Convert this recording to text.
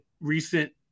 recent